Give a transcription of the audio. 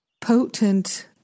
potent